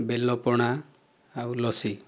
ବେଲ ପଣା ଆଉ ଲସି